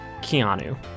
Keanu